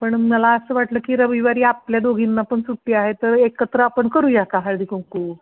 पण मला आसं वाटलं की रविवारी आपल्या दोघींना पण सुट्टी आहे तर एकत्र आपण करूया का हळदीकुंकू